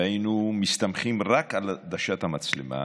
והיינו מסתמכים רק על עדשת המצלמה,